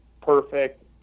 perfect